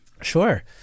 Sure